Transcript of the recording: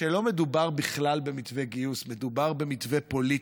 שלא מדובר בכלל במתווה גיוס, מדובר במתווה פוליטי.